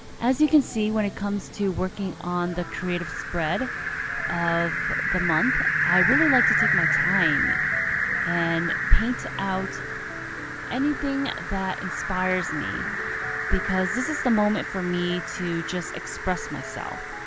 as you can see when it comes to working on the creative spread of the month, i really like to take my time and paint out anything that inspires me because this is the moment for me to just express myself.